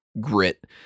grit